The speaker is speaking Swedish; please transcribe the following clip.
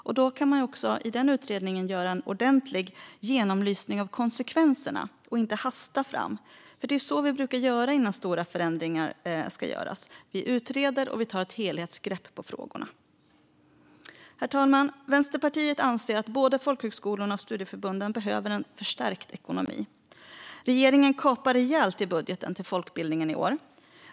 I den utredningen kan man göra en ordentlig genomlysning av konsekvenserna och inte hasta fram. Det är så vi brukar göra innan stora förändringar ska göras: Vi utreder och tar ett helhetsgrepp om frågorna. Herr talman! Vänsterpartiet anser att både folkhögskolorna och studieförbunden behöver en förstärkt ekonomi. Regeringen kapar rejält i budgeten till folkbildningen i år.